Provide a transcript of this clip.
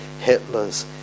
Hitlers